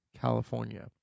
California